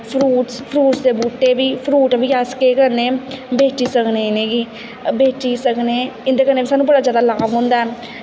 fruits दे बूह्टे fruit बी अस केह् करने बेची सकने इ'नें गी बेची सकने इं'दे कन्नै सानूं बड़ा जादा लाभ होंदा ऐ